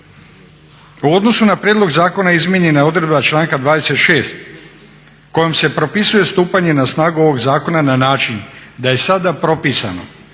U odnosu na prijedlog zakona izmijenjena je odredba članka 26. kojom se propisuje stupanje na snagu ovog zakona na način da je sada propisano